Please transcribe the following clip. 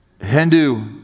Hindu